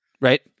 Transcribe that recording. Right